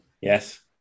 Yes